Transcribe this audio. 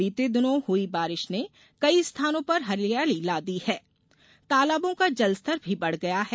बीते दिनों हुई बारिश ने कई स्थानों पर हरियाली ला दी है तो तालाबों का जलस्तर भी बढ़ गया है